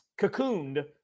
cocooned